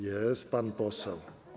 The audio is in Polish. Jest pan poseł.